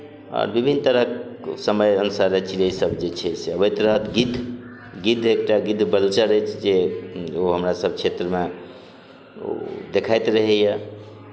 आओर बिभिन्न तरहक समय अनुसारे चिरै सब जे छै से अबैत रहत गिद्ध गिद्ध एकटा गिद्ध बलचर अछि जे ओ हमरा सब क्षेत्रमे देखैत रहैए